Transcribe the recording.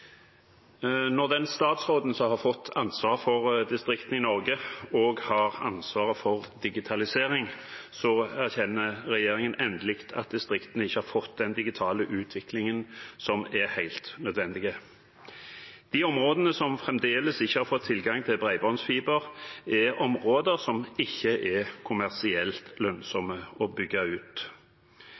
den statsråden som har fått ansvaret for distriktene i Norge, også har ansvaret for digitalisering, så erkjenner regjeringen endelig at distriktene ikke har fått den digitale utviklingen som er helt nødvendig. De områdene som fremdeles ikke har fått tilgang til bredbåndsfiber, er områder som ikke er kommersielt lønnsomme å bygge ut.